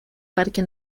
parque